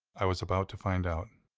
i was about to find out.